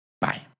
Bye